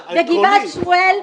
וגבעת שמואל,